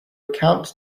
account